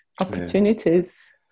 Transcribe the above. opportunities